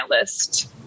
list